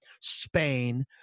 Spain